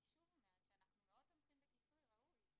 אני שוב אומרת שאנחנו מאוד תומכים בכיסוי ראוי.